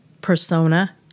persona